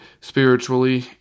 spiritually